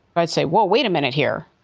i'd say, well, wait a minute here.